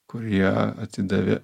kurie atidavė